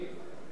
כנראה